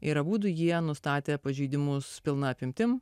yra abudu jie jie nustatė pažeidimus pilna apimtimi